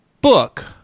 book